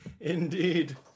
Indeed